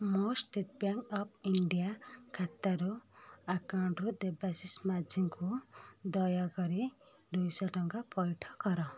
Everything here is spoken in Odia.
ମୋ ଷ୍ଟେଟ୍ ବ୍ୟାଙ୍କ୍ ଅଫ୍ ଇଣ୍ଡିଆ ଖାତାରୁ ଆକାଉଣ୍ଟରୁ ଦେବାଶିଷ ମାଝୀକୁ ଦୟାକରି ଦୁଇଶହ ଟଙ୍କା ପଇଠ କର